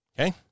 Okay